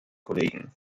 kollegen